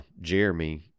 Jeremy